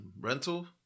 rental